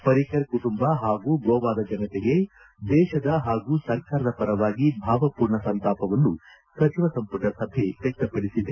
ಪರ್ರಿಕರ್ ಕುಟುಂಬ ಹಾಗೂ ಗೋವಾದ ಜನತೆಗೆ ದೇಶದ ಹಾಗೂ ಸರ್ಕಾರದ ಪರವಾಗಿ ಭಾವಪೂರ್ಣ ಸಂತಾಪವನ್ನು ಸಚಿವ ಸಂಪುಟ ಸಭೆ ವ್ಲಕ್ತಪಡಿಸಿದೆ